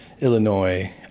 Illinois